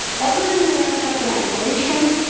that's assuming they aren't kept in isolation.